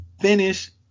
finish